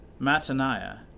Mataniah